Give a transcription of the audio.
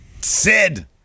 Sid